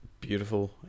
beautiful